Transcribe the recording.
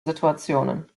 situationen